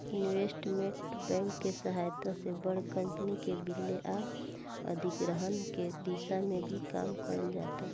investment bank के सहायता से बड़ कंपनी के विलय आ अधिग्रहण के दिशा में भी काम कईल जाता